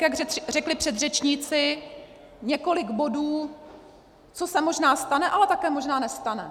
Jak řekli předřečníci, několik bodů, co se možná stane, ale také možná nestane.